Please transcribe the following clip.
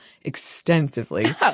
extensively